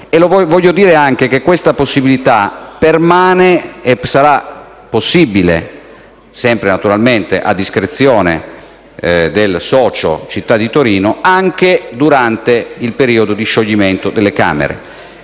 Voglio dire anche che questa possibilità permane e sarà possibile - sempre, naturalmente, a discrezione del socio città di Torino - anche durante il periodo di scioglimento delle Camere.